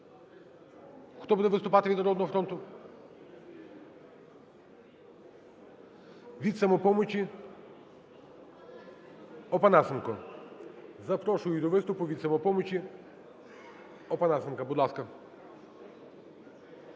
хто буде виступати від "Народного фронту"? Від "Самопомочі" Опанасенко. Запрошую до виступу від "Самопомочі" Опанасенка, будь ласка.